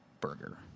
burger